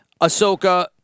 Ahsoka